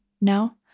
No